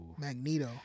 Magneto